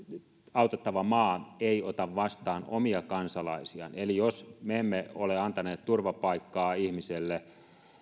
autettava maa ei ota vastaan omia kansalaisiaan eli jos me emme ole antaneet turvapaikkaa ihmiselle